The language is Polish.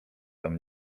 tam